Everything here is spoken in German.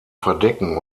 verdecken